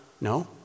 No